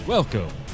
Welcome